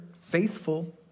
faithful